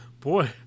Boy